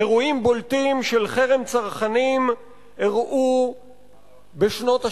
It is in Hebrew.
אירועים בולטים של חרם צרכנים אירעו בשנות ה-60,